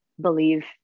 believe